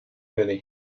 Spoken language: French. mener